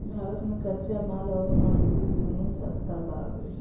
भारत मे कच्चा माल अउर मजदूरी दूनो सस्ता बावे